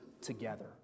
together